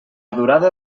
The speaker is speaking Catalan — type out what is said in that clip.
durada